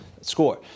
score